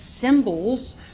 symbols